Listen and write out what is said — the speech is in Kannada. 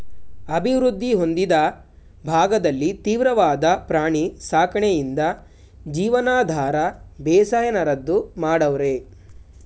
ಅಭಿವೃದ್ಧಿ ಹೊಂದಿದ ಭಾಗದಲ್ಲಿ ತೀವ್ರವಾದ ಪ್ರಾಣಿ ಸಾಕಣೆಯಿಂದ ಜೀವನಾಧಾರ ಬೇಸಾಯನ ರದ್ದು ಮಾಡವ್ರೆ